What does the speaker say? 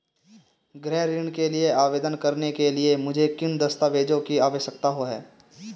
गृह ऋण के लिए आवेदन करने के लिए मुझे किन दस्तावेज़ों की आवश्यकता है?